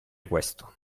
questo